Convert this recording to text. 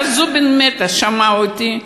ואז זובין מהטה שמע אותי,